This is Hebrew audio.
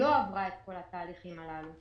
לא עברה את כל התהליכים הללו,